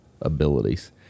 abilities